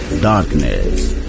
Darkness